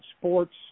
sports